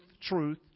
truth